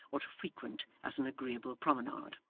or to frequent as an agreeable promenade.